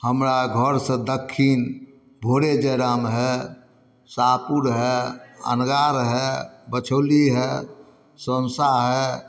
हमरा घरसँ दक्खिन भोरेजड़ाम हइ सापुर हइ अनगार गाम हइ बछौली हइ सौसा हइ